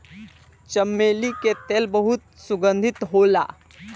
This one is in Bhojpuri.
चमेली के तेल बहुत सुगंधित होला